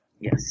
Yes